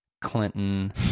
Clinton